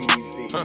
Easy